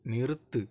நிறுத்து